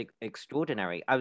extraordinary